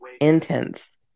Intense